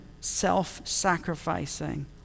self-sacrificing